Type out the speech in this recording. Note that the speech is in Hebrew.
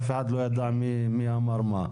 אף אחד לא ידע מי אמר מה.